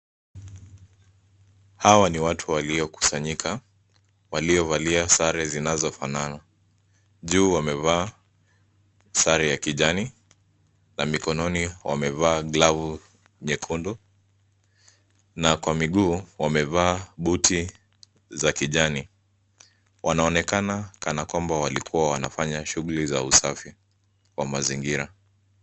Hawa ni watu waliokusanyika, waliovalia sare zinazofanana. Juu wamevaa sare ya kijani na mikononi wamevaa glavu nyekundu na kwa miguu wamevaa buti za kijani. Wanaonekana kana kwamba walikua wanafanya shughuli za usafi wa mazingira.